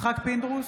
יצחק פינדרוס,